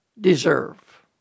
deserve